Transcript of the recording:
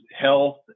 health